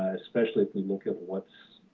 especially if we look at what's